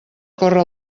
córrer